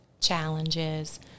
challenges